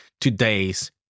today's